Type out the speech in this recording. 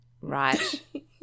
Right